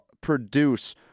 produce